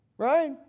Right